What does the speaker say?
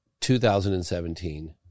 2017